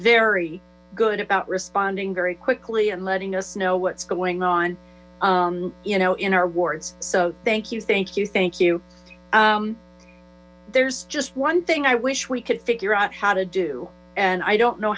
very good about responding very quickly and letting us know what's going on you know in our wards so thank you thank you thank you there's just one thing i wish we could figure out how to do and i don't know